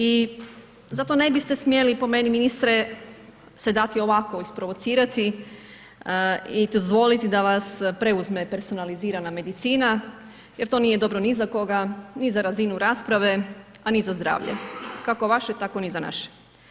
I zato ne biste smjeli po meni ministre se dati ovako isprovocirati i dozvoliti da vas preuzme personalizirana medicina jer to nije dobro ni za koga, ni za razinu rasprave, a ni za zdravlje kako vaše tako ni za naše.